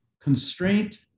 constraint